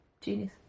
Genius